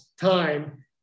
time